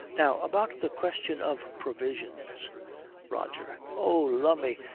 now about the question of provisions roger. oh, lummy,